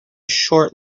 short